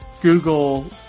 Google